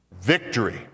victory